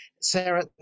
Sarah